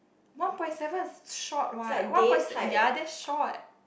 one point seven is short what one point ya that's short